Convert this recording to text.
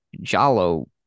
Jalo